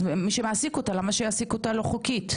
אז מי שמעסיק אותה, למה שיעסיק אותה לא חוקית?